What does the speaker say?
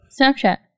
Snapchat